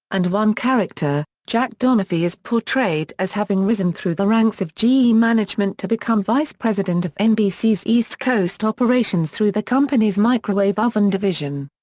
and one character, jack donaghy is portrayed as having risen through the ranks of ge management to become vice president of nbc's east coast operations through the company's microwave oven division.